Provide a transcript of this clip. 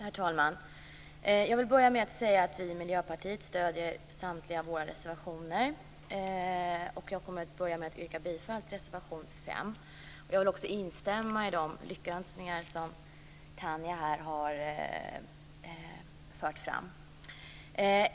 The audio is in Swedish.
Herr talman! Jag vill börja med att säga att vi i Miljöpartiet stöder samtliga våra reservationer, och jag yrkar bifall till reservation 5. Jag vill också instämma i de lyckönskningar som Tanja har fört fram.